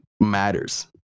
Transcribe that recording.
matters